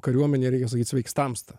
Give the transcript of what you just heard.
kariuomenėj reikia sakyt sveiks tamsta